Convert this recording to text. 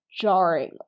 jarring